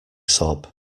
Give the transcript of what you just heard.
sob